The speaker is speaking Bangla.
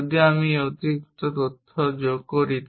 যদি আমি এই অতিরিক্ত তথ্য যোগ করি